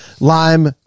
lime